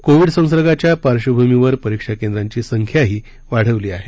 Covid संसर्गाच्या पार्श्वभूमीवर परीक्षा केंद्रांची संख्याही वाढवली आहे